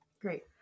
Great